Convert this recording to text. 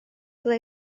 ble